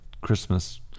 Christmas